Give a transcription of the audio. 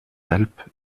alpes